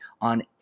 on